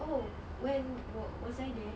oh when was I there